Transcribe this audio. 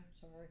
sorry